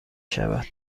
شود